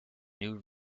new